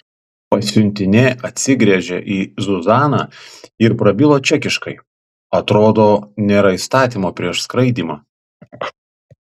pasiuntinė atsigręžė į zuzaną ir prabilo čekiškai atrodo nėra įstatymo prieš skraidymą